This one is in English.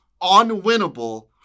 unwinnable